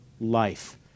life